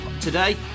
today